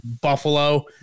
buffalo